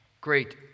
Great